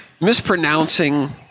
mispronouncing